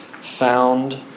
found